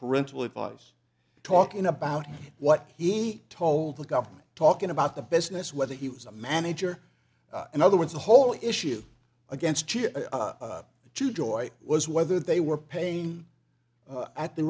parental advice talking about what he told the government talking about the business whether he was a manager in other words the whole issue against the two joy was whether they were pain at the